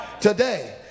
Today